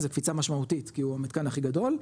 זה קפיצה משמעותית כי הוא המתקן הכי גדול,